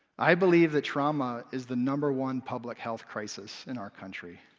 i believe that trauma is the number one public health crisis in our country.